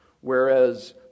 whereas